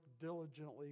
diligently